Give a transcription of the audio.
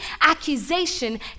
accusation